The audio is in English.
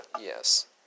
Yes